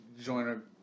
Joiner